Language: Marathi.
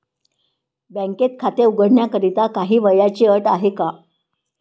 बँकेत खाते उघडण्याकरिता काही वयाची अट आहे का?